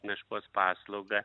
meškos paslaugą